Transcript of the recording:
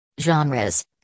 Genres